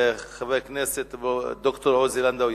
חבר הכנסת ד"ר עוזי לנדאו,